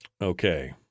Okay